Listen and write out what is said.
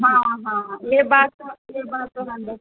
हाँ हाँ यह बात तो यह बात तो हंड्रेड